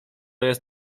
jest